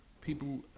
people